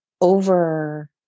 over